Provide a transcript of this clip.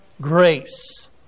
grace